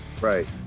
Right